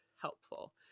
helpful